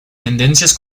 tendencias